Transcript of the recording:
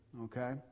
okay